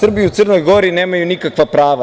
Srbi u Crnoj Gori nemaju nikakva prava.